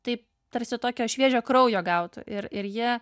taip tarsi tokio šviežio kraujo gautų ir ir ji